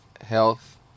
health